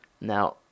Now